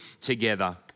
together